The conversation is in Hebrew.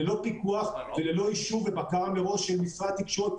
ללא פיקוח וללא אישור ובקרה מראש של משרד התקשורת,